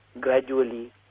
gradually